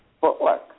footwork